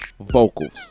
vocals